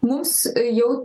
mums jau